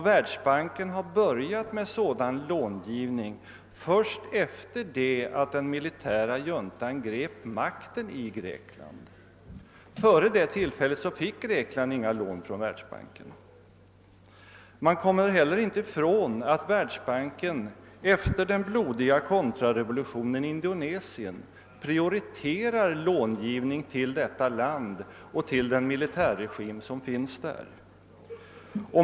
Världsbanken har börjat med så dan långivning först efter det att den militära juntan grep makten i Grekland. Före det tillfället fick Grekland inga lån från världsbanken. Man kommer heller inte ifrån att världsbanken efter den biodiga kontrarevolutionen i Indonesien prioriterar långivning till detta land och till den militärregim som finns där.